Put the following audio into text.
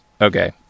Okay